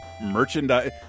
Merchandise